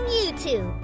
YouTube